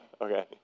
okay